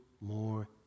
more